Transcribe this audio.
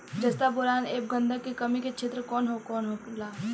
जस्ता बोरान ऐब गंधक के कमी के क्षेत्र कौन कौनहोला?